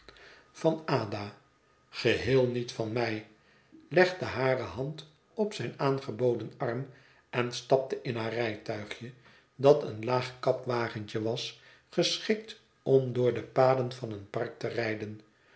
van ada geheel niet van mij legde hare hand op zijn aangeboden arm en stapte in haar rijtuigje dat een laag kapwagentje was geschikt om door de paden van een park te rijden